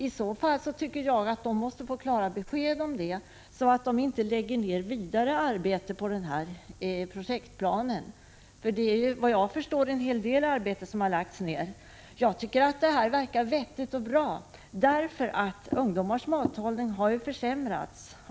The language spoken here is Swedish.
I så fall tycker jag att man där måste få klara besked om detta så att man inte satsar vidare arbete på denna projektplan, som man redan vad jag förstår satsat en hel del arbete på. Jag tycker denna idé verkar vettig och bra. Ungdomars mathållning har ju försämrats.